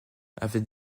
avec